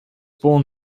born